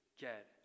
get